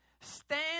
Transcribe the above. Stand